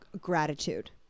gratitude